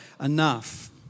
enough